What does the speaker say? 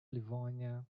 livonia